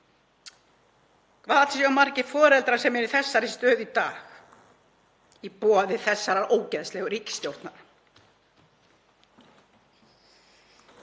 Hvað ætli séu margir foreldrar sem eru í þessari stöðu í dag, í boði þessarar ógeðslegu ríkisstjórnar?